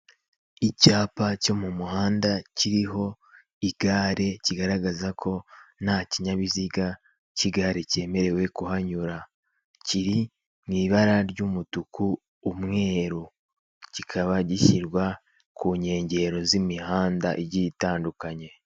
Icyapa cyo mu muhanda, kiriho igare, kigaragaza ko nta kinyabiziga cy'igare cyemerewe kuhanyura. Kiri mu bara ry'umutuku, umweru. Kikaba gishyirwa ku nkengero z'imihanda igiye itandukanye.